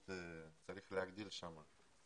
צריך להגדיל את מספר המלגות.